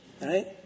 right